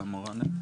אבתיסאם מראענה.